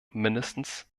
mindestens